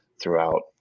throughout